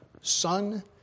son